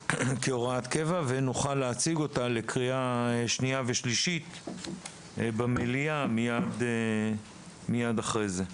ונוכל להציג אותה לקריאה שנייה ושלישית במליאה מיד אחרי זה.